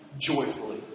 joyfully